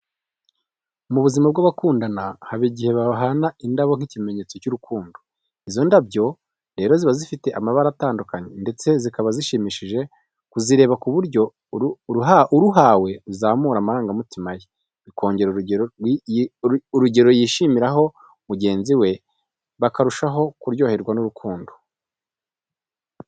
Mu buzima bw'abakundana haba igihe igihe bahana indabo nk'ikimenyetso cy'urukundo. Izo ndabyo rero ziba zifite amabara atandukanye ndetse zikaba zishimishije kuzireba ku buryo uruhawe ruzamura amarangamutima ye bikongera urugero yishimiraho mugenzi we bakarushaho kuryoherwa n'rurkundo.